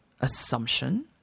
assumption